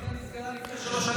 היחידה נסגרה לפני שלוש שנים.